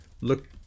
look